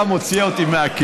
מישהי שם הוציאה אותי מהכלים.